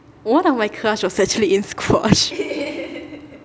one of my crush was actually in squash